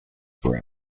program